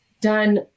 done